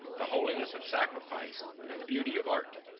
the holiness of sacrifice, and the beauty of art.